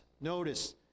notice